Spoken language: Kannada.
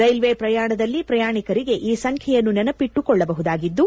ರೈಲು ಪ್ರಯಾಣದಲ್ಲಿ ಪ್ರಯಾಣಿಕರಿಗೆ ಈ ಸಂಬ್ದೆಯನ್ನು ನೆನಪಿಟ್ಟುಕೊಳ್ಳಬಹುದಾಗಿದ್ದು